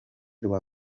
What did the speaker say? rwa